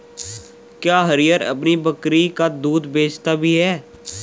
क्या हरिहर अपनी बकरी का दूध बेचता भी है?